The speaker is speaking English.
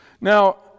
Now